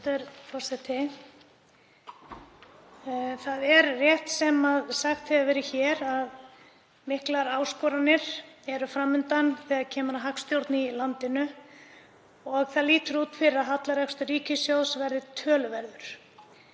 Það er rétt sem sagt hefur verið hér að miklar áskoranir eru fram undan þegar kemur að hagstjórn í landinu og lítur út fyrir að hallarekstur ríkissjóðs verði töluverður.